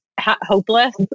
hopeless